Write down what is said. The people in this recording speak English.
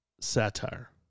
satire